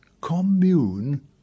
commune